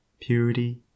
purity